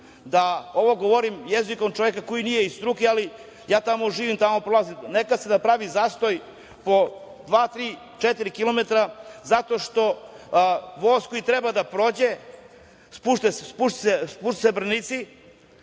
Ovo govorim jezikom čoveka koji nije iz struke, ali ja tamo živim, tamo prolazim. Nekad se napravi zastoj po dva, tri, četiri kilometara zato što voz koji treba da prođe spuste se branici